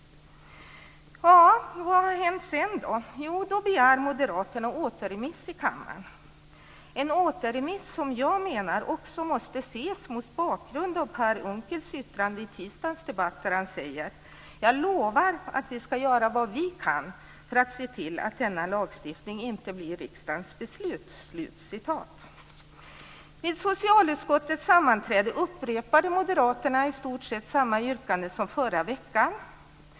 Vad har hänt sedan? Jo, då begär moderaterna återremiss i kammaren. Denna återremiss måste, menar jag, också ses mot bakgrund av Per Unkels yttrande i tisdagens debatt där han sade: "Jag lovar - att vi kommer att göra vad vi kan för att se till att denna lagstiftning inte blir riksdagens beslut". Vid socialutskottets sammanträde upprepade moderaterna i stort sett samma yrkande som förra veckan.